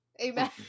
Amen